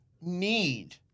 need